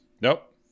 Nope